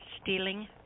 stealing